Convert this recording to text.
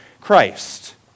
Christ